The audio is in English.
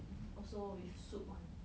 also with soup [one]